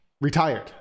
retired